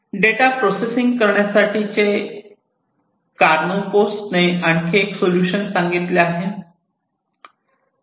data processing करण्यासाठी कार्नोसकोसने आणखी एक सोल्युशन सांगितले आहे